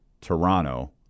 Toronto